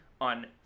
on